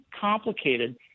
complicated